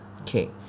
okay